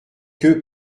que